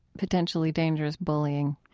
potentially dangerous bullying